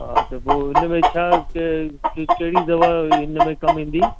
हा त पोइ हिन में छा कहिड़ी दवा हिन में कमु ईंदी